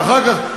ואחר כך,